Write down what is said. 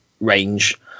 range